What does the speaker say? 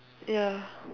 ya